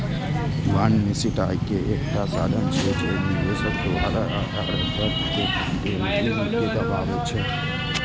bond निश्चित आय के एकटा साधन छियै, जे निवेशक द्वारा उधारकर्ता कें देल ऋण कें दर्शाबै छै